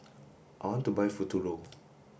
I want to buy Futuro